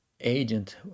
agent